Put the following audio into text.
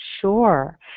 Sure